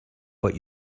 but